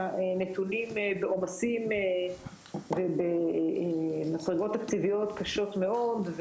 נתונים בעומסים ובמסגרות תקציביות קשות מאוד.